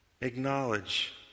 Acknowledge